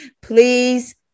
Please